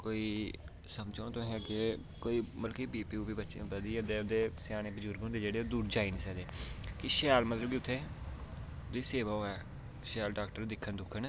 मतलब कि कोई समझो की तुसें अग्गें मतलब कि बीबी बच्चे स्याने बजुर्ग होंदे जेह्ड़े ओह् दूर जाई निं सकदे कि शैल मतलब कि उत्थें उंदी सेवा होऐ शैल डॉक्टर दिक्खन